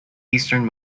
eastern